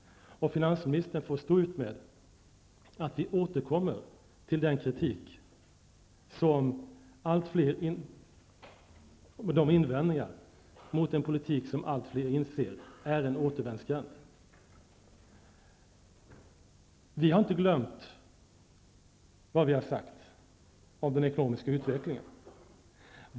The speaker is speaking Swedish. Finansministern får stå ut med att vi återkommer till den kritik och de invändningar mot den politik som allt fler inser är en återvändsgränd. Vi har inte glömt vad vi har sagt om den ekonomiska utvecklingen.